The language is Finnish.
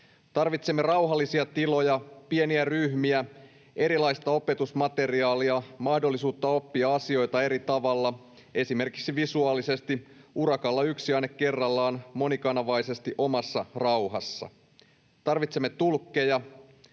Tarvitsemme rauhallisia tiloja, pieniä ryhmiä, erilaista opetusmateriaalia, mahdollisuutta oppia asioita eri tavalla, esimerkiksi visuaalisesti urakalla, yksi aine kerrallaan, monikanavaisesti, omassa rauhassa. Tarvitsemme tulkkeja